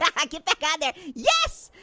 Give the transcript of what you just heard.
yeah ah get back on there, yes.